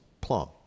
plum